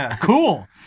Cool